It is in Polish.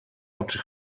oczy